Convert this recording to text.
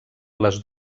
les